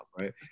right